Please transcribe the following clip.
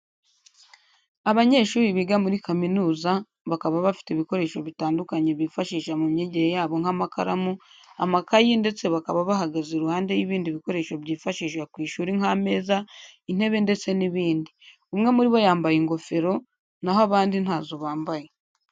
Abanyeshuri biga muri kaminuza, bakaba bafite ibikoresho bitandukanye bifashisha mu myigire yabo nk'amakaramu, amakayi, ndetse bakaba bahagaze iruhande y'ibindi bikoresho byifashishwa ku ishuri nk'ameza, intebe ndetse n'ibindi. Umwe muri bo yambaye ingofero, naho abandi ntazo bambaye.